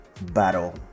battle